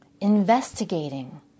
investigating